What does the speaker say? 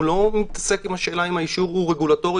הוא לא מתעסק בשאלה אם האישור הוא רגולטורי